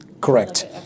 Correct